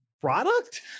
product